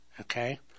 okay